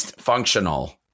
functional